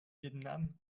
vietnam